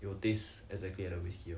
it will taste exactly like the whisky lor